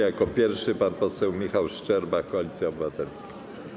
Jako pierwszy pan poseł Michał Szczerba, Koalicja Obywatelska.